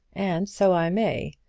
and so i may.